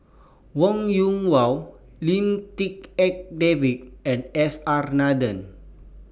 Wong Yoon Wah Lim Tik En David and S R Nathan